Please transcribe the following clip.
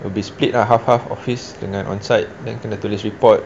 would be split lah half half office dengan on site then kena tulis report